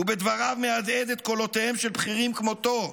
ובדבריו מהדהד את קולותיהם של בכירים כמותו: